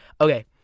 Okay